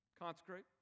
Consecrate